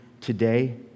today